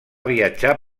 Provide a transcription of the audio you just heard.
viatjar